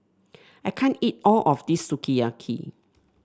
I can't eat all of this Sukiyaki